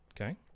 Okay